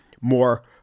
more